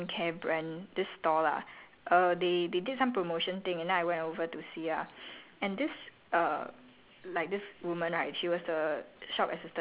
how I know this right is when I went to this japanese skincare brand this store lah err they they did some promotion thing and then I went over to see ah and this